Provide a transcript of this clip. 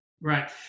Right